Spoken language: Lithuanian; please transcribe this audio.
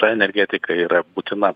ta energetika yra būtina